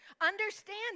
Understand